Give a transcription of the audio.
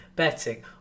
Betting